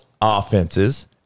offenses